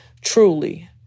truly